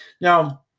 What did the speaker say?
Now